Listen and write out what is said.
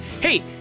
hey